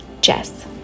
Jess